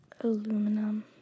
Aluminum